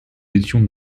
étions